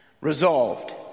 Resolved